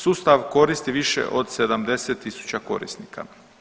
Sustav koristi više od 70.000 korisnika.